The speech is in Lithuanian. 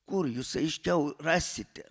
kur jūs aiškiau rasite